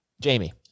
Jamie